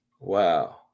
Wow